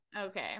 Okay